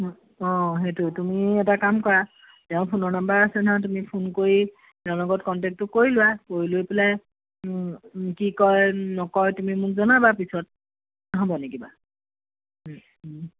ও অ সেইটো তুমি এটা কাম কৰা তেওঁৰ ফোনৰ নম্বৰ আছে নহয় তুমি ফোন কৰি তেওঁৰ লগত কণ্টেকটো কৰি লোৱা কৰি লৈ পেলাই কি কয় নকয় তুমি মোক জনাবা পিছত হ'বনি কিবা ও ও